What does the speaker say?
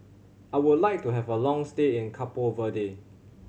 I would like to have a long stay in Cabo Verde